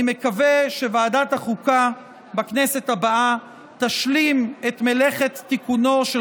אני מקווה שוועדת החוקה בכנסת הבאה תשלים את מלאכת תיקונו של